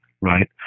right